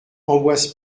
ambroise